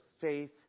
faith